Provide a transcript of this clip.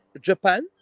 Japan